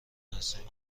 هستیم